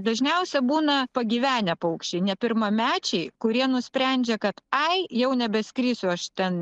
dažniausia būna pagyvenę paukščiai ne pirmamečiai kurie nusprendžia kad ai jau nebeskrisiu aš ten